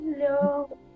Hello